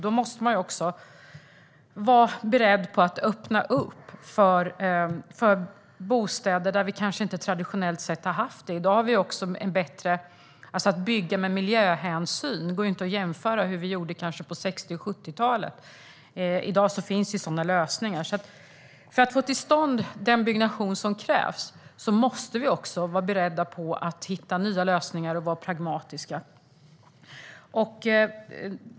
Då måste man också vara beredd att öppna upp för bostäder där vi kanske inte traditionellt sett har haft det. Att bygga med miljöhänsyn i dag går heller inte att jämföra med hur vi kanske gjorde på 60 och 70-talen. I dag finns det sådana lösningar, så för att få till stånd den byggnation som krävs måste vi också vara beredda att hitta nya lösningar och vara pragmatiska.